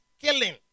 killing